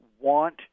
want